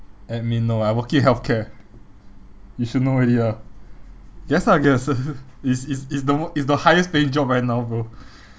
admin no I working healthcare you should know already ah guess lah guess it's it's it's the mo~ it's the highest paying job right now bro